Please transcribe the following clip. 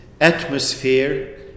atmosphere